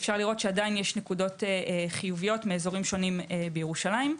עדיין יש נקודות חיוביות מאזורים שונים בירושלים.